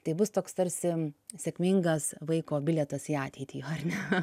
tai bus toks tarsi sėkmingas vaiko bilietas į ateitį ar ne